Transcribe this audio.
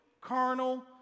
carnal